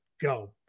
go